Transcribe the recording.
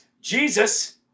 Jesus